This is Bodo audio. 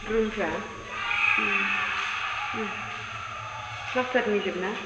रुमफ्रा उम उम प्लास्टारनिजोबना